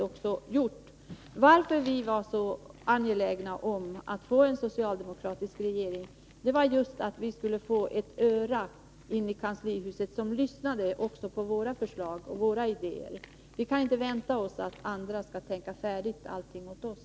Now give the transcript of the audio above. Anledningen till att vi var så angelägna om att få en socialdemokratisk regering var just att vi ville få ett öra i kanslihuset som lyssnade på våra förslag och våra idéer. Vi kan inte vänta på att andra skall tänka färdigt åt oss.